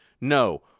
no